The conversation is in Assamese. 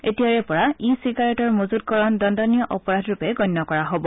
এতিয়াৰে পৰা ই চিগাৰেটৰ মজুতকৰণ দণ্ডনীয় অপৰাধৰূপে গণ্য কৰা হ'ব